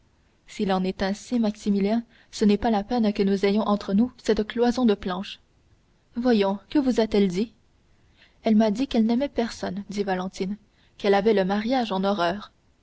s'il en est ainsi maximilien ce n'est pas la peine que nous ayons entre nous cette cloison de planches voyons que vous a-t-elle dit elle m'a dit qu'elle n'aimait personne dit valentine qu'elle avait le mariage en horreur